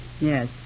Yes